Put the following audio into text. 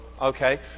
okay